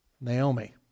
Naomi